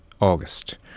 August